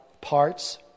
parts